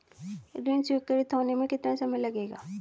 ऋण स्वीकृत होने में कितना समय लगेगा?